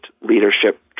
leadership